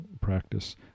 practice